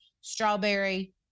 strawberry